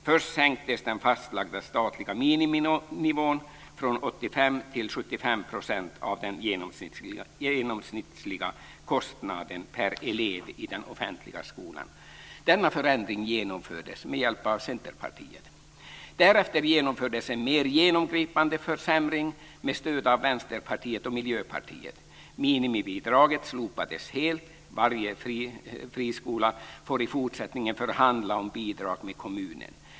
Först sänktes den fastlagda statliga miniminivån från 85 % till 75 % av den genomsnittliga kostnaden per elev i den offentliga skolan. Denna förändring genomfördes med hjälp av Centerpartiet. Därefter genomfördes en mer genomgripande försämring med stöd av Vänsterpartiet och Miljöpartiet. Minimibidraget slopades helt, och varje friskola får i fortsättningen förhandla om bidrag med kommunen.